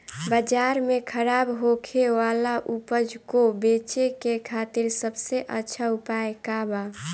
बाजार में खराब होखे वाला उपज को बेचे के खातिर सबसे अच्छा उपाय का बा?